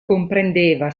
comprendeva